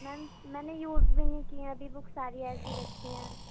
میم میں نے یوز بھی نہیں کی ہیں ابھی بک ساری ایسے رکھی ہیں